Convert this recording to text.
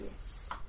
Yes